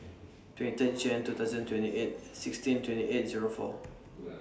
twenty ten Jan two thousand twenty eight sixteen twenty eight Zero four